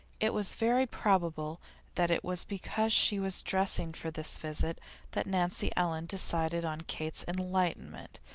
it was very probable that it was because she was dressing for this visit that nancy ellen decided on kate's enlightenment,